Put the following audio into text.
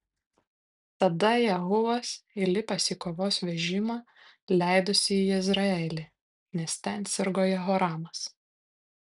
tada jehuvas įlipęs į kovos vežimą leidosi į jezreelį nes ten sirgo jehoramas